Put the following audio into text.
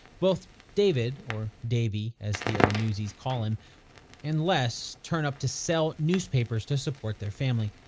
both david or davey, as the other newsies call him and les turn up to sell newspapers to support their family.